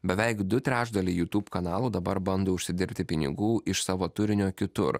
beveik du trečdaliai jutūb kanalų dabar bando užsidirbti pinigų iš savo turinio kitur